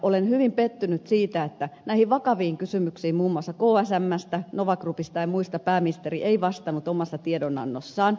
olen hyvin pettynyt siihen että näihin vakaviin kysymyksiin muun muassa kmsstä nova groupista ja muista pääministeri ei vastannut omassa tiedonannossaan